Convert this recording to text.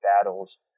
battles